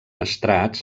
estrats